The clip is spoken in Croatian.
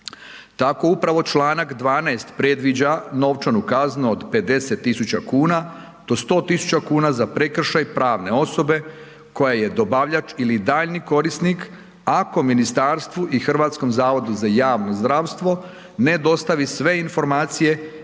Tako upravo Članak 12. predviđa novčanu kaznu od 50.000 kuna do 100.000 kuna za prekršaj pravne osobe koja je dobavljač ili daljnji korisnik ako ministarstvu i HZJZ-u ne dostavi sve informacije